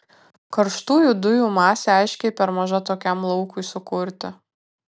karštųjų dujų masė aiškiai per maža tokiam laukui sukurti